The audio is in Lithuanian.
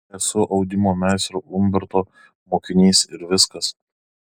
esu audimo meistro umberto mokinys ir viskas